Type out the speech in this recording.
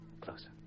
Closer